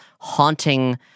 haunting